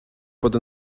bod